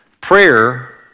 Prayer